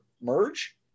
merge